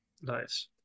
Nice